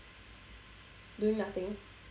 doing nothing